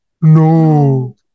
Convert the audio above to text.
no